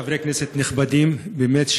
חברי כנסת נכבדים באמת,